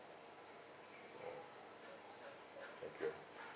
thank you